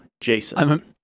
Jason